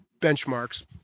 benchmarks